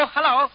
Hello